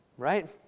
right